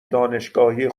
دانشگاهی